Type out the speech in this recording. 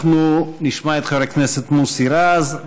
אנחנו נשמע את חבר הכנסת מוסי רז,